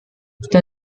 der